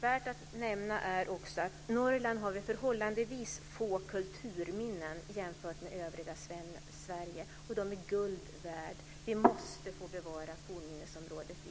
Värt att nämna är också att Norrland har förhållandevis få kulturminnen jämfört med övriga Sverige, och de är guld värda. Vi måste få bevara fornminnesområdet i